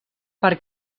per